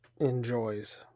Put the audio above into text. enjoys